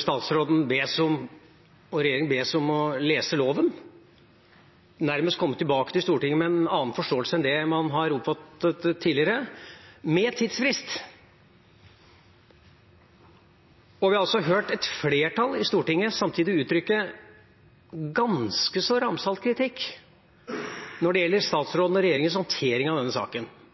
– statsråden og regjeringa bes om å lese loven og nærmest komme tilbake til Stortinget med en annen forståelse enn det man har oppfattet tidligere, med tidsfrist. Vi har samtidig hørt et flertall i Stortinget uttrykke ganske så ramsalt kritikk når det gjelder statsrådens og regjeringas håndtering av denne saken.